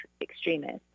extremists